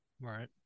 Right